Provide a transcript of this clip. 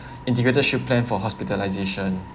integrated shield plan for hospitalization